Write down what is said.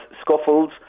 scuffles